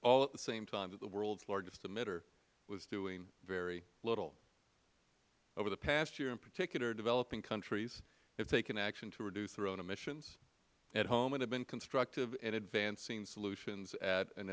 all at the same time that the world's largest emitter was doing very little over the past year in particular developing countries have taken action to reduce their own emissions at home and have been constructing advancing solutions at an